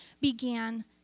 began